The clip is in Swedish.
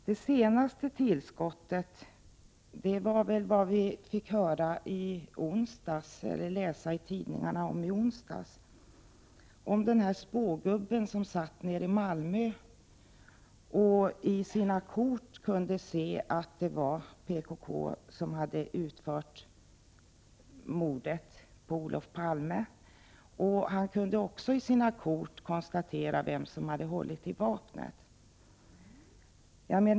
Det senaste tillskottet är det vi fick läsa om i tidningarna i onsdags om en spågubbe i Malmö, som i sina kort kunnat se att det var PKK som utförde mordet på Olof Palme. Han kunde också i sina kort se vem som hade hållit i vapnet.